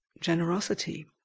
generosity